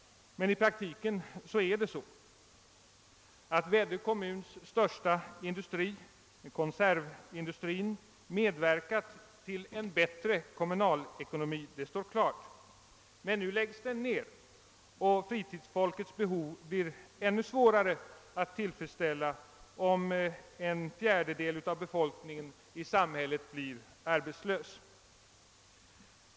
I praktiken är det dock så. Att Väddö kommuns största industri — konservindustrin — medverkat till en bättre kommunal ekonomi är också klart. Men nu läggs den ned, och fritidsfolkets behov blir ännu svårare att tillfredsställa om en fjärdedel av befolkningen i samhället blir arbetslös.